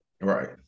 Right